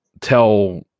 tell